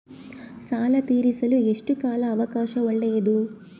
ಸಾಲ ತೇರಿಸಲು ಎಷ್ಟು ಕಾಲ ಅವಕಾಶ ಒಳ್ಳೆಯದು?